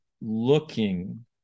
looking